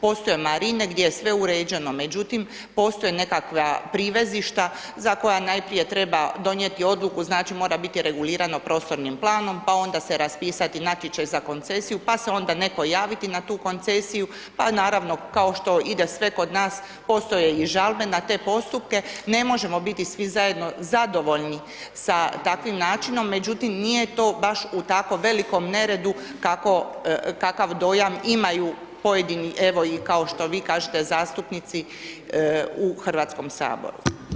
Postoje marine gdje je sve uređeno, međutim postoje nekakva privezišta za koja najprije treba donijeti odluku, znači mora biti regulirano prostornim planom pa onda se raspisati natječaj za koncesiju pa se onda netko javiti na tu koncesiju pa naravno, kao što ide sve kod nas, postoje i žalbe na te postupke, ne možemo biti svi zajedno zadovoljni sa takvim načinom, međutim nije to baš u tako velikom neredu kako, kakav dojam imaju pojedini evo i kao što vi kažete, zastupnici u HS-u.